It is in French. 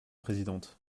présidente